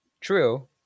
True